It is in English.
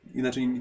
inaczej